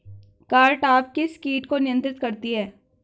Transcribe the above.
Cartap किस किट को नियंत्रित करती है?